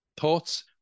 thoughts